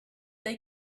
they